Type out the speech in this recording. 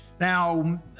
Now